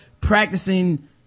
practicing